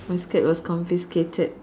my skirt was confiscated